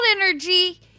energy